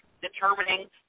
determining